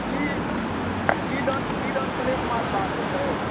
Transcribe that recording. की की दर की दर प्लेट माछ भात देतै